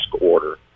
order